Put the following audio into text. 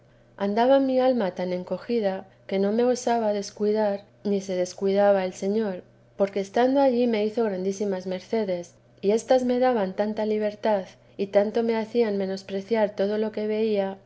andaba mi alma tan encogida que no me osaba descuidar ni se descuidaba el señor porque estando allí me hizo grandísimas mercedes y éstas me daban tanta libertad y tanto me hacían despreciar todo lo que veía